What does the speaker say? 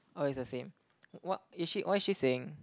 oh is the same what is she what is she saying